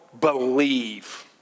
believe